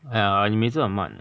!aiya! 你每次很慢